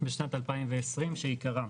בשנת 2020, שעיקרם